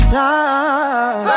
time